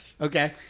Okay